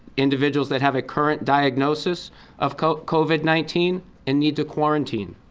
individuals that have a current diagnosis of covid covid nineteen and need to quarantine.